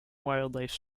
wildlife